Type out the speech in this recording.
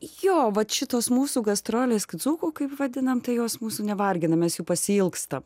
jo vat šitos mūsų gastrolės dzūkų kaip vadinam tai jos mūsų nevargina mes jų pasiilgsta